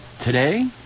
Today